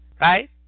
right